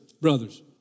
brothers